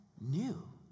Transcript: new